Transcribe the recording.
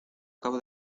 acabo